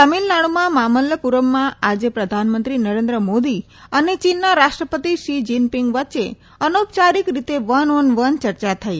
ત તમિલનાડુના મમલ્લપુરમમાં આજે પ્રધાનમંત્રી નરેન્દ્રમોદી અને ચીનના રાષ્ટ્રપતિ શી જિનપીંગ વચ્ચે અનૌપચારિક રીતે વન ઓન વન ચર્ચા થઇ